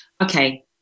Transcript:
okay